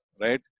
Right